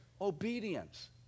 obedience